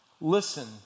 listen